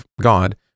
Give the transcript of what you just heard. God